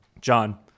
John